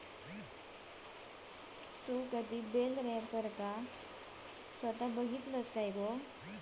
तुम्ही बेल रॅपरका कधी स्वता बघितलास काय?